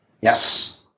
Yes